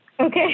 Okay